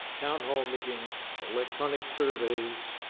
town hall meetings, electronic surveys.